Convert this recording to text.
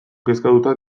kezkatuta